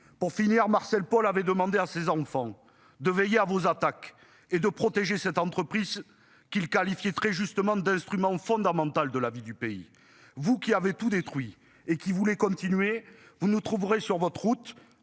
Pour finir, Marcel Paul avait demandé à ses enfants, de veiller à vos attaques et de protéger cette entreprise qu'il qualifiait très justement d'instrument fondamental de la vie du pays. Vous qui avaient tout détruit et qu'il voulait continuer vous ne trouverez sur votre route